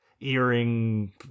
Earring